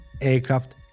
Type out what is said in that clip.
aircraft